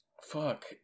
Fuck